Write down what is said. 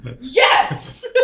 Yes